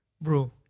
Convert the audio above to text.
Bro